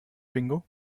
bingo